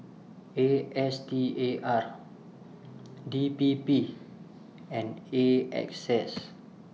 A S T A R D P P and A X S